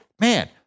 man